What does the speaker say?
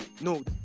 no